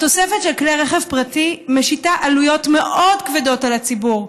התוספת של כלי רכב פרטי משיתה עלויות מאוד כבדות על הציבור: